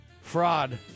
fraud